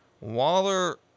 Waller